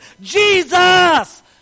Jesus